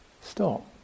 stop